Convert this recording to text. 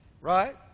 right